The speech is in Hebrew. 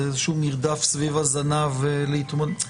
זה איזשהו מרדף סביב הזנב כדי להתמודד,